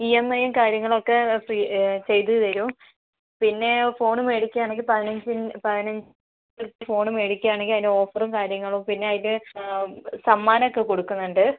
ഈ എം ഐയും കാര്യങ്ങളൊക്കെ ചെയ്തുതരും പിന്നെ ഫോൺ മേടിക്കുകയാണെങ്കിൽ പതിനഞ്ച് സെ പതിനഞ്ചിന്റെ ഫോൺ മേടിക്കുകയാണെങ്കിൽ അതിന്റെ ഓഫറും കാര്യങ്ങളും പിന്നെയതിന്റെ സമ്മാനാമൊക്കെ കൊടുക്കുന്നുണ്ട്